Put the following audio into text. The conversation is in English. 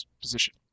position